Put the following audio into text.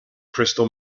crystal